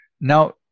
Now